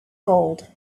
gold